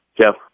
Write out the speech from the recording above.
Jeff